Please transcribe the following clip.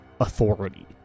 authority